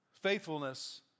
faithfulness